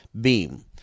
beam